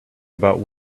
about